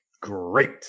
great